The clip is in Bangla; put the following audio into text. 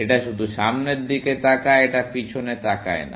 এটা শুধু সামনের দিকে তাকায় এটা পিছনে তাকায় না